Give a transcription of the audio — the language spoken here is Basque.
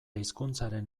hizkuntzaren